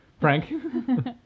Frank